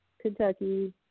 Kentucky